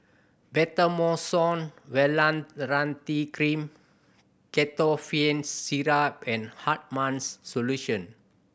Betamethasone Valerate Cream Ketotifen Syrup and Hartman's Solution